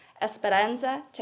Esperanza